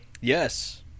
Yes